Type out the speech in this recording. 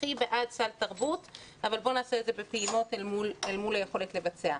הכי בעד סל תרבות אבל בואו נעשה את זה בפעימות אל מול היכולת לבצע.